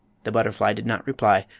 the butterfly did not reply,